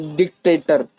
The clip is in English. dictator